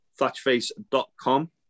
Thatchface.com